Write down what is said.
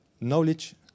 knowledge